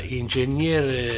ingegnere